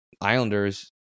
islanders